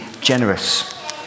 generous